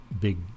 big